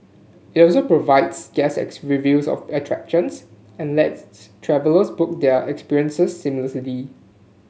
it also provides reviews of attractions and lets travellers book their experiences seamlessly